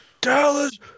Dallas